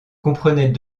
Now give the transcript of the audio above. comprenait